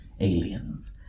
Aliens